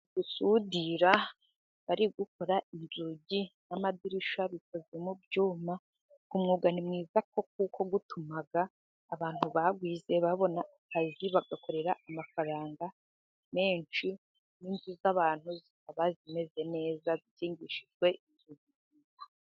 Gusudira bari gukora inzugi n'amadirishya bikozwe mu byuma. Umwuga ni mwiza kuko utuma abantu bawize babona akazi, bagakorera amafaranga menshi, n'inzu z'abantu zikaba zimeze neza zikingishijwe inzugi nziza.